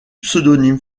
pseudonyme